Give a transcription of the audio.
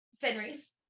Fenris